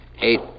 eight